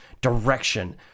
Direction